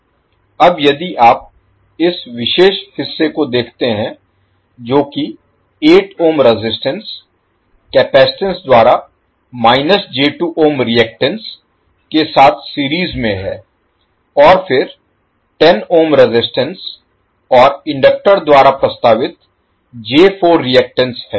अब यदि आप इस विशेष हिस्से को देखते हैं जो कि 8 ohm रेजिस्टेंस कैपेसिटेंस द्वारा j2 ohm रिएक्टेंस के साथ सीरीज में है और फिर 10 ohm रेजिस्टेंस और इंडक्टर द्वारा प्रस्तावित j4 रिएक्टेंस है